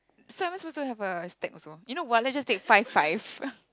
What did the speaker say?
so am I supposed to have a stack also you know what let's just take five five